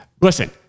Listen